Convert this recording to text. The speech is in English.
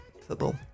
football